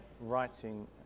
writing